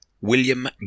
William